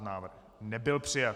Návrh nebyl přijat.